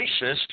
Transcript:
racist